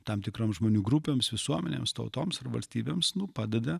tam tikroms žmonių grupėms visuomenėms tautoms ir valstybėms nu padeda